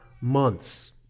months